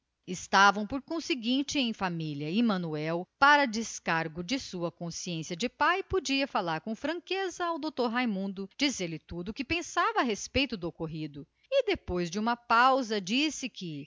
achavam-se por conseguinte na maior intimidade e ele para descargo da sua consciência podia falar com franqueza ao dr raimundo e dizia-lhe tudo pão pão queijo queijo o que pensava a respeito do ocorrido e depois de uma pausa declarou que